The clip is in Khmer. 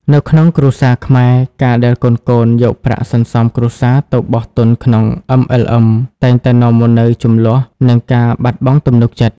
នៅក្នុងគ្រួសារខ្មែរ ការដែលកូនៗយកប្រាក់សន្សំគ្រួសារទៅបោះទុនក្នុង MLM តែងតែនាំមកនូវជម្លោះ និងការបាត់បង់ទំនុកចិត្ត។